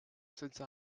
since